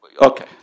Okay